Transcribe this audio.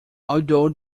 although